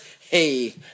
Hey